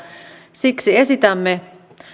siksi esitämme